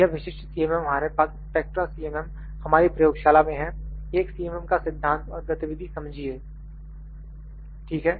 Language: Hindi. यह विशिष्ट CMM हमारे पास स्पेक्ट्रा CMM हमारी प्रयोगशाला में है एक CMM का सिद्धांत और गतिविधि समझिए ठीक है